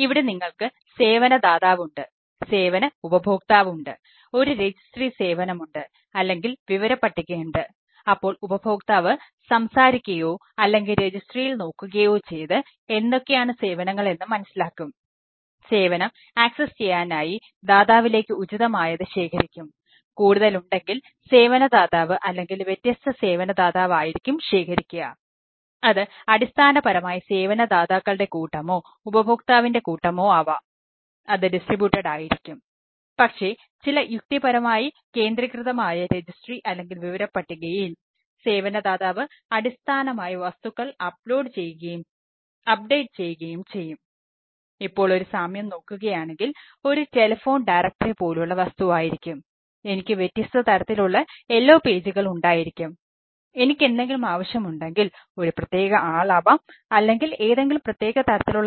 ഇവിടെ നിങ്ങൾക്ക് സേവന ദാതാവ് ഉണ്ട് സേവന ഉപഭോക്താവ് ഉണ്ട് ഒരു രജിസ്ട്രി ആവും നോക്കുന്നത്